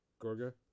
Gorga